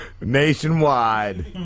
Nationwide